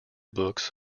books